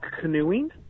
canoeing